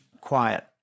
quiet